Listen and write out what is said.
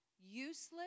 useless